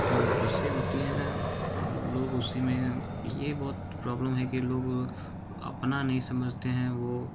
जो बसें होती हैं लोग उसी में ये बहुत प्रॉब्लम है कि लोग अपना नहीं समझते हैं वो